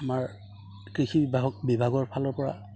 আমাৰ কৃষি বিভাগক বিভাগৰ ফালৰ পৰা